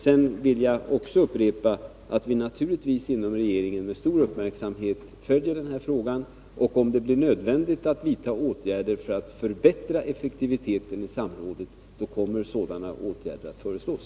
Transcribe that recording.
Jag vill upprepa att vi inom regeringen naturligtvis följer denna fråga med stor uppmärksamhet. Om det blir nödvändigt att vidta åtgärder för att förbättra effektiviten i samrådet, kommer sådana åtgärder att föreslås.